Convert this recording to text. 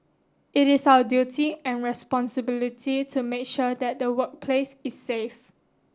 it is our duty and responsibility to make sure that the workplace is safe